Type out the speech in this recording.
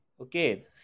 Okay